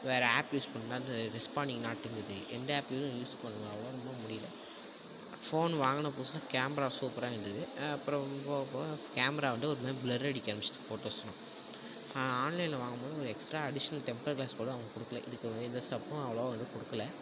வேறு app use பண்ணால் அது ரெஸ்பாண்டிங் நாட்டுங்குது எந்த ஆப்பையும் யூஸ் பண்ணாலும் ரொம்ப முடியல ஃபோன் வாங்கின புதுசில் கேமரா சூப்பராக இருந்துது அப்புறோம் போக போக கேமரா வந்து ஒரு மாதிரி ப்ளர் அடிக்க ஆரமிச்சிருச்சு ஃபோட்டோஸ்லாம் ஆன்லைனில் வாங்கும் போது உங்களுக்கு எக்ஸ்ட்ரா அடிஷ்னல் டெம்பர் க்ளாஸ் கூட அவங்க கொடுக்குல இதுக்கு வந்து எந்த ஸ்டஃப்பும் அவ்ளவாக வந்து கொடுக்குல